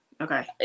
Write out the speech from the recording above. Okay